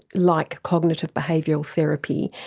like cognitive behavioural therapy.